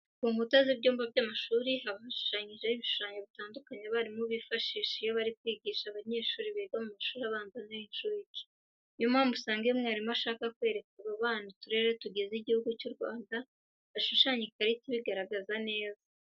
Ku nkuta z'ibyumba by'amashuri haba hashushanyijeho ibishushanyo bitandukanye abarimu bifashisha iyo bari kwigisha abanyeshuri biga mu mashuri abanza n'ay'inshuke. Ni yo mpamvu usanga iyo umwarimu ashaka kwereka abo bana uturere tugize Igihugu cy'u Rwanda, ashushanya ikarita ibigaragaza neza.